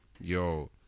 yo